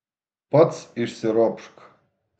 pats išsiropšk